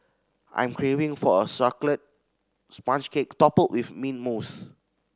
I'm craving for a chocolate sponge cake topped with mint mousse